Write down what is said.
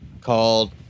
called